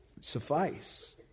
suffice